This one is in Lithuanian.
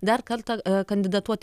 dar kartą kandidatuoti